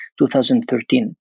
2013